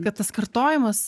kad tas kartojimas